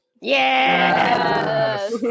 Yes